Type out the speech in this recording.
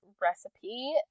recipe